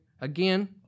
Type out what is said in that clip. again